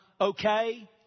okay